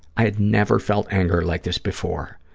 i had never felt anger like this before.